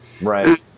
Right